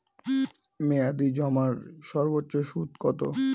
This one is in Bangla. মেয়াদি জমার সর্বোচ্চ সুদ কতো?